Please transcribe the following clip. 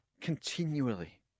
continually